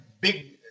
big